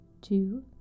two